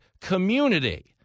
community